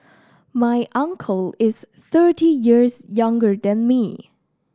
my uncle is thirty years younger than me